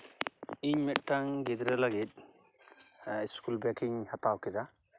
ᱤᱧ ᱢᱤᱫᱴᱟᱱ ᱜᱤᱫᱽᱨᱟᱹ ᱞᱟᱹᱜᱤᱫ ᱤᱥᱠᱩᱞ ᱵᱮᱜᱤᱧ ᱦᱟᱛᱟᱣ ᱠᱮᱫᱟ